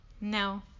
No